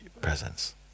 presence